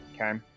Okay